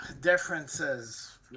differences